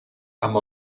amb